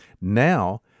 Now